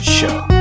Show